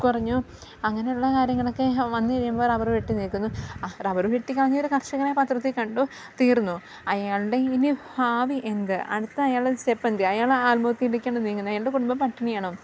കുറഞ്ഞു അങ്ങനെയുള്ള കാര്യങ്ങളൊക്കെ വന്നു കഴിയുമ്പോൾ റബ്ബറ് വെട്ടിനീക്കുന്നു റബ്ബറ് വെട്ടിക്കളഞ്ഞൊരു കർഷകനെ പത്രത്തിൽ കണ്ടു തീർന്നു അയാളുടെ ഇനി ഭാവി എന്ത് അടുത്ത അയാളെ സ്റ്റെപ്പ് എന്ത് അയാൾ ആത്മഹത്യയിലേക്കാണ് നീങ്ങുന്നത് അയാളുടെ കുടുംബം പട്ടിണിയാണോ